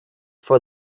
for